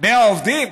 100 עובדים?